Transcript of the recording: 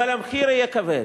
אבל המחיר יהיה כבד,